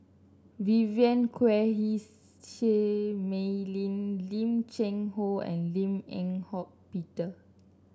Vivien Quahe Seah Mei Lin Lim Cheng Hoe and Lim Eng Hock Peter